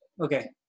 Okay